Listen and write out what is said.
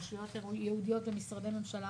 רשויות ייעודיות בממשלה